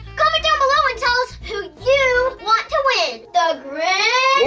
comment down below and tell us who you want to win. the grinch.